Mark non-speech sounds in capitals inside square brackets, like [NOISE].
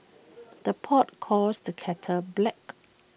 [NOISE] the pot calls the kettle black